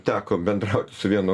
teko bendrauti su vienu